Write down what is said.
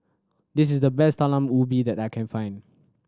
this is the best Talam Ubi that I can find